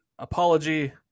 Apology